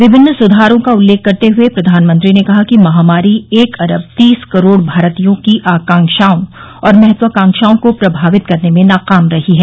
विभिन्न सुधारो का उल्लेख करते हुए प्रधानमंत्री ने कहा कि महामारी एक अरब तीस करोड़ भारतियों की आकांक्षाओं और महात्वाकांक्षों को प्रभावित करने में नाकाम रही है